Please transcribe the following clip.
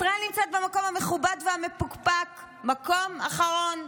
ישראל נמצאת במקום המכובד והמפוקפק, המקום האחרון.